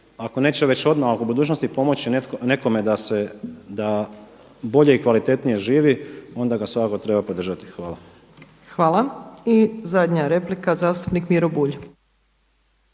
ako neće već odmah, oko budućnosti pomoći nekome da bolje i kvalitetnije živi onda ga svakako treba podržati. Hvala. **Opačić, Milanka (SDP)** Hvala. I zadnja replika zastupnik Miro Bulj.